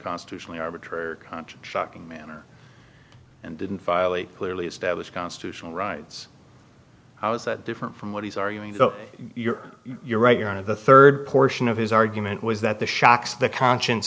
constitutionally arbitrary or contra chocking manner and didn't violate clearly established constitutional rights how is that different from what he's arguing so you're you're right you're on of the third portion of his argument was that the shocks the conscience